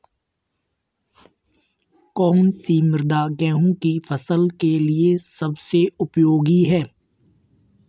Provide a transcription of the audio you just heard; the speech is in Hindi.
कौन सी मृदा गेहूँ की फसल के लिए सबसे उपयोगी है?